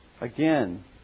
Again